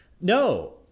No